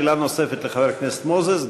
שאלה נוספת לחבר הכנסת מוזס,